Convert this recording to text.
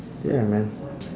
ya man